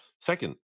Second